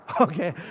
Okay